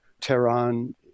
Tehran